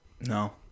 No